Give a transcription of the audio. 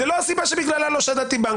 זו אל הסיבה שבגללה לא שדדתי בנק.